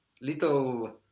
little